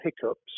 hiccups